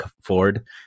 Ford